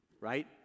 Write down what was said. right